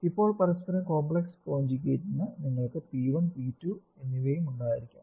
ഇപ്പോൾ പരസ്പരം കോംപ്ലക്സ് കോഞ്ചുഗേറ്റ്ന് നിങ്ങൾക്ക് p 1 2 എന്നിവയും ഉണ്ടായിരിക്കാം